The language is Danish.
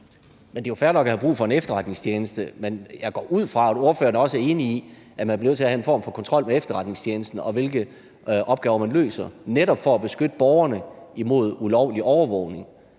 Det er jo fair nok at have brug for en efterretningstjeneste, men jeg går ud fra, at ordføreren også er enig i, at man bliver nødt til at have en form for kontrol med efterretningstjenesten og med, hvilke opgaver den løser – netop for at beskytte borgerne mod ulovlig overvågning.